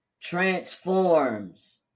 transforms